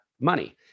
money